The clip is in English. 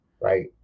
Right